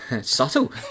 Subtle